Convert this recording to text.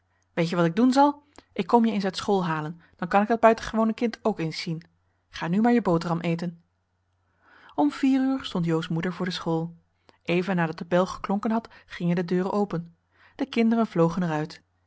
weet je wat ik doen zal ik kom je eens uit school halen dan kan ik dat buitengewone kind ook eens zien ga nu maar je boterham eten om vier uur stond jo's moeder voor de school even nadat de bel geklonken had gingen de deuren open de kinderen vlogen er